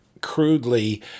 crudely